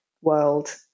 world